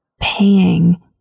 paying